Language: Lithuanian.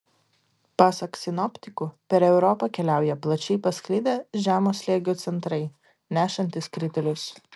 pasak sinoptikų per europą keliauja plačiai pasklidę žemo slėgio centrai nešantys kritulius